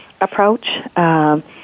approach